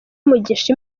umugisha